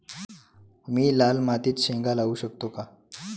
मी लाल मातीत शेंगा लावू शकतो का?